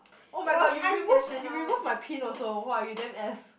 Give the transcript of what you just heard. oh-my-god you remove you remove my pin also whoa you damn ass